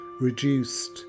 reduced